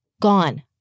gone